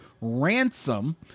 Ransom